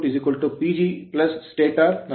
05 stator ಇನ್ಪುಟ್PG stator stator ನಷ್ಟಗಳು